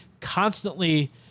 constantly